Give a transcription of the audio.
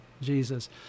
Jesus